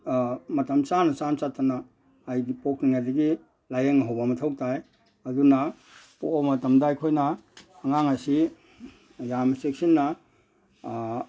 ꯃꯇꯝ ꯆꯥꯅ ꯆꯥꯅ ꯆꯠꯇꯅ ꯍꯥꯏꯗꯤ ꯄꯣꯛꯇ꯭ꯔꯤꯉꯩꯗꯒꯤ ꯂꯥꯏꯌꯦꯡꯍꯧꯕ ꯃꯊꯧ ꯇꯥꯏ ꯑꯗꯨꯅ ꯄꯣꯛꯑꯕ ꯃꯇꯝꯗ ꯑꯩꯈꯣꯏꯅ ꯑꯉꯥꯡ ꯑꯁꯤ ꯌꯥꯝꯅ ꯆꯦꯛꯁꯤꯟꯅ